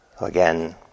again